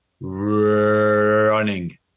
running